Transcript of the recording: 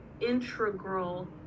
integral